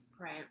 Right